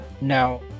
Now